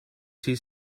see